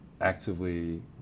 actively